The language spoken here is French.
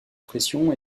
pression